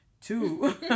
two